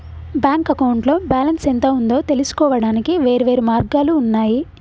bank అకౌంట్లో balance ఎంత ఉందో తెలుసుకోవడానికి వేర్వేరు మార్గాలు ఉన్నయి